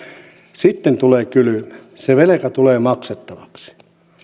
sitten tulee kylmä se velka tulee maksettavaksi